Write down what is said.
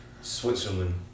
Switzerland